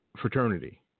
fraternity